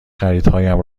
خریدهایم